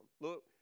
Look